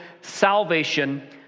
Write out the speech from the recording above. salvation